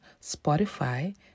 Spotify